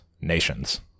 nations